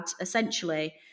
essentially